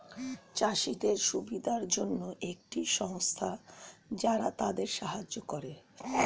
চাষীদের সুবিধার জন্যে একটি সংস্থা যারা তাদের সাহায্য করে